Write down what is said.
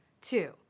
two